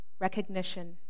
recognition